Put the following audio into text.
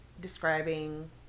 describing